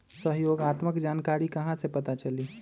सहयोगात्मक जानकारी कहा से पता चली?